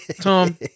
Tom